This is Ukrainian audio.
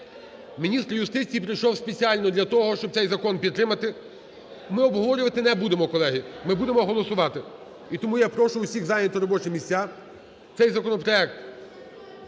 Міністр юстиції прийшов спеціально для того, щоб цей закон підтримати. Ми обговорювати не будемо, колеги, ми будемо голосувати. І тому я прошу усіх зайняти робочі місця. Цей законопроект